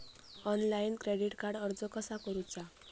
Online क्रेडिटाक अर्ज कसा करुचा?